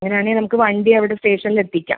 അങ്ങനെ ആണെങ്കിൽ നമുക്ക് വണ്ടി അവിടെ സ്റ്റേഷനിൽ എത്തിക്കാം